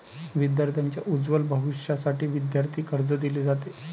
विद्यार्थांच्या उज्ज्वल भविष्यासाठी विद्यार्थी कर्ज दिले जाते